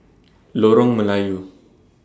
Lorong Melayu